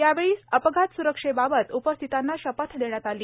यावेळी अपघात स्रक्षाबाबत उपस्थितांना शपथ देण्यात आली